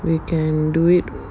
we can do it